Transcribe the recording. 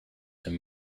him